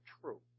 true